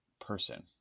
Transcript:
person